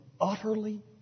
utterly